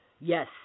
Yes